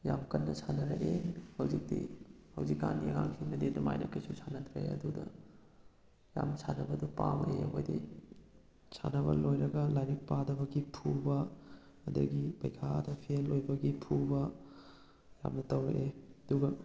ꯌꯥꯝ ꯀꯟꯅ ꯁꯥꯟꯅꯔꯛꯏ ꯍꯧꯖꯤꯛꯇꯤ ꯍꯧꯖꯤꯛꯀꯥꯟꯒꯤ ꯑꯉꯥꯡꯁꯤꯡꯅꯗꯤ ꯑꯗꯨꯃꯥꯏꯅ ꯀꯩꯁꯨ ꯁꯥꯟꯅꯗ꯭ꯔꯦ ꯑꯗꯨꯅ ꯌꯥꯝ ꯁꯥꯟꯅꯕꯗꯨ ꯄꯥꯝꯃꯛꯑꯦ ꯑꯩꯈꯣꯏꯗꯤ ꯁꯥꯟꯅꯕ ꯂꯣꯏꯔꯒ ꯂꯥꯏꯔꯤꯛ ꯄꯥꯗꯕꯒꯤ ꯐꯨꯕ ꯑꯗꯒꯤ ꯄꯩꯈꯥꯗ ꯐꯦꯜ ꯑꯣꯏꯕꯒꯤ ꯐꯨꯕ ꯌꯥꯝꯅ ꯇꯧꯔꯛꯑꯦ ꯑꯗꯨꯒ